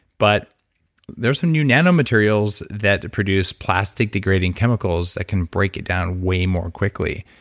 but there's some new nanomaterials that produce plastic-degrading chemicals that can break it down way more quickly.